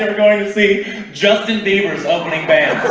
ah going to see justin bieber's opening band!